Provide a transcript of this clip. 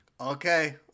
Okay